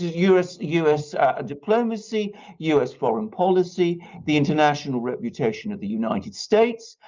us us ah diplomacy us foreign policy the international reputation of the united states,